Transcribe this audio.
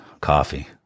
coffee